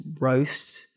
roast